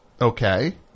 Okay